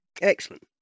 excellent